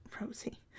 Rosie